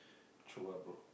true ah bro